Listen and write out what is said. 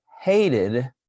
hated